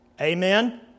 Amen